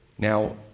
Now